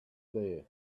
there